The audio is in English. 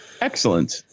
Excellent